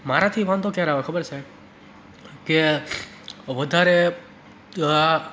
મારાથી વાંધો કયારે આવે ખબર છે સાહેબ કે વધારે